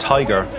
Tiger